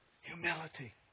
Humility